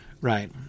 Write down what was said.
right